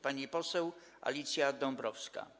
Pani poseł Alicja Dąbrowska.